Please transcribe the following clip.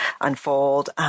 unfold